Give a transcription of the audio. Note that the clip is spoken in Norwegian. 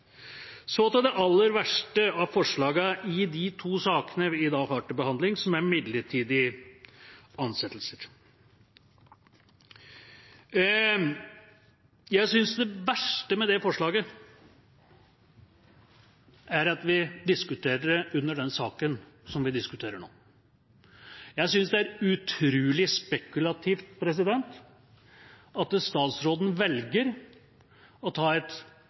Så til det aller verste av forslagene i de to sakene vi i dag har til behandling, som er midlertidige ansettelser. Jeg synes det verste med det forslaget er at vi diskuterer det under den saken som vi diskuterer nå. Jeg synes det er utrolig spekulativt at statsråden tar et forslag om midlertidighet inn i arbeidsmiljøloven og prøver å